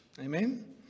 Amen